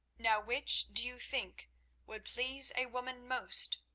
now which do you think would please a woman most?